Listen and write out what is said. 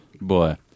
boy